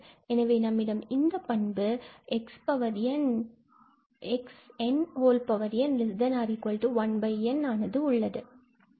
எனவே நம்மிடம் இந்தப் பண்பு 𝑥𝑛𝑛≤1𝑛 ஆனது உள்ளது